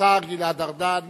השר גלעד ארדן